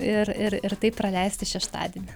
ir ir ir taip praleisti šeštadienį